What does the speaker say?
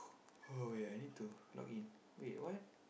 oh wait I need to login wait what